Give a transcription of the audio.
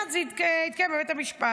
מייד זה התקיים בבית המשפט.